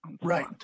Right